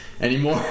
anymore